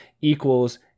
equals